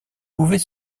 pouvait